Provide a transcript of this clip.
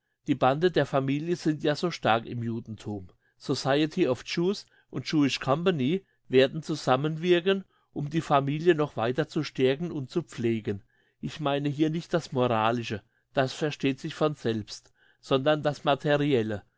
die bande der familie sind ja so stark im judenthum society of jews und jewish company werden zusammenwirken um die familie noch weiter zu stärken und zu pflegen ich meine hier nicht das moralische das versteht sich von selbst sondern das materielle